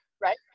right